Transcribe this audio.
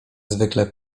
zwykle